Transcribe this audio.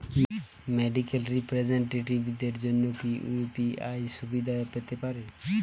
Medical রিপ্রেজন্টেটিভদের জন্য কি ইউ.পি.আই সুবিধা পেতে পারে?